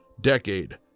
decade